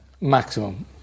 maximum